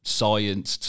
science